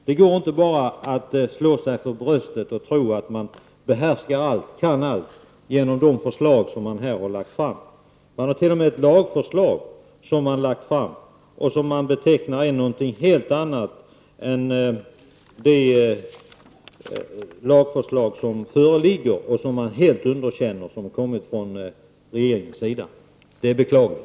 Det går inte bara att som miljöpartiet slå sig för bröstet och tro att man behärskar allt och kan göra allt genom de förslag man här har lagt fram. Miljöpartiet har t.o.m. lagt fram ett lagförslag som man säger är något helt annat än det lagförslag från regeringen som föreligger, vilket man underkänner. Det är beklagligt.